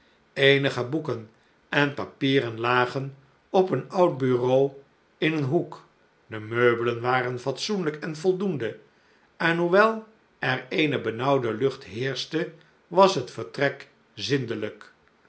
eenige boeken en papieren lagen op een oud bureau in een hoek de meubelen waren fatsoenlijk en voldoende en hoewel er eene benauwde lucht heerschte was het vertrek zindelijk